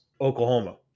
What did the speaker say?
Oklahoma